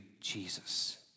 Jesus